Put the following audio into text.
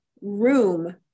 room